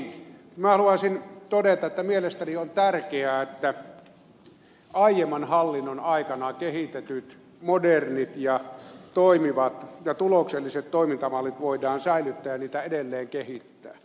minä haluaisin todeta että mielestäni on tärkeää että aiemman hallinnon aikana kehitetyt modernit ja toimivat ja tulokselliset toimintamallit voidaan säilyttää ja niitä edelleen kehittää